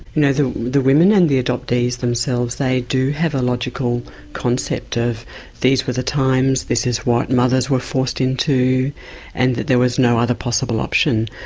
the the women and the adoptees themselves they do have a logical concept of these were the times, this is what mothers were forced into and that there was no other possible option'.